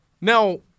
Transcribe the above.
Now